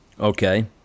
Okay